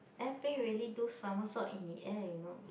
airplane really do somersault in the air you know